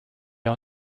are